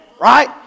right